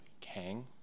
Kang